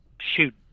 shoot